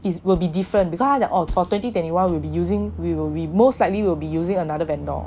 it will be different because 他讲 oh for twenty twenty one they will be using we will be most likely will be using another vendor